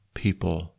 people